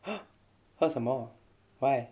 什么 why